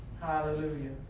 Hallelujah